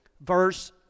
Verse